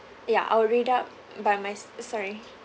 ya I'll read up by my sorry